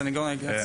הסנגוריה הציבורית.